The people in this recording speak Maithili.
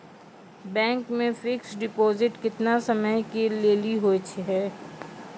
बैंक मे फिक्स्ड डिपॉजिट केतना समय के लेली होय छै?